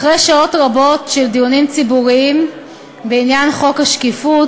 אחרי שעות רבות של דיונים ציבוריים בעניין חוק השקיפות,